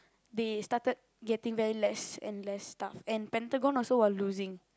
they started getting very less and less stuff and Pentagon also was losing